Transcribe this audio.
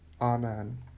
Amen